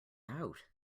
out